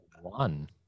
One